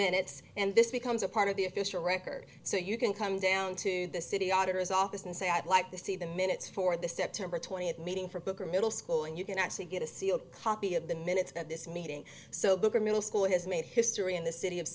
minutes and this becomes a part of the official record so you can come down to the city auditors office and say i'd like to see the minutes for the september twentieth meeting for booker middle school and you can actually get a sealed copy of the minutes at this meeting so booker middle school has made history in the city of